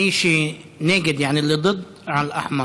מי שנגד, על האדום).